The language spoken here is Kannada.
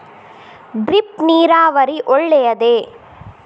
ಡ್ರಿಪ್ ನೀರಾವರಿ ಒಳ್ಳೆಯದೇ?